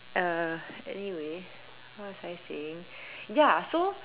uh anyway what was I saying ya so